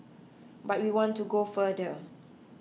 but we want to go further